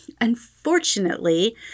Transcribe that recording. Unfortunately